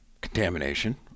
contamination